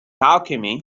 alchemy